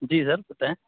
جی sir بتائیں